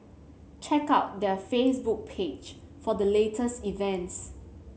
check out their Facebook page for the latest events